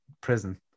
prison